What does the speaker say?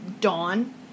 Dawn